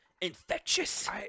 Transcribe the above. infectious